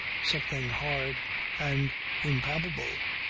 something hard and impalpable,